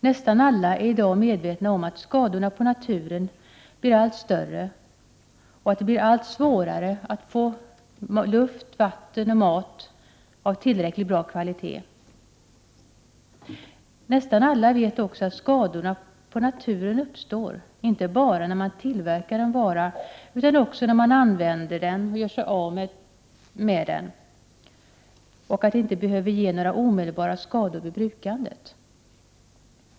Nästan alla är i dag medvetna om att skadorna på naturen blir allt större och att det blir allt svårare att få luft, vatten och mat av tillräckligt bra kvalitet. Nästan alla vet också att skadorna på naturen uppstår inte bara när man tillverkar en vara utan också när man använder den och gör sig av med den och att den inte behöver ge några omedelbara skador vid brukandet.